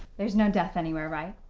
there's no death anywhere, right?